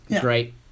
great